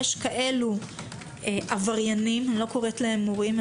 כאלו עבריינים אני לא קוראת להם מורים,